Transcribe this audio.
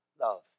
love